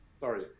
Sorry